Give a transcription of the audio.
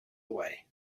away